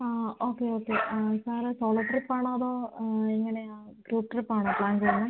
ആ okay okay sir solo ട്രിപ്പാണോ അതോ എങ്ങനെയാണ് ഗ്രൂപ്പ് ട്രിപ്പാണോ പ്ലാൻ ചെയ്യുന്നത്